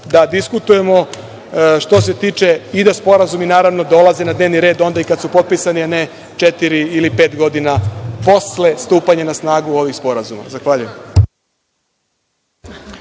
da diskutujemo i da sporazumi naravno dolaze na dnevni red onda kada su potpisani, a ne četiri ili pet godina posle stupanja na snagu ovih sporazuma. Zahvaljujem.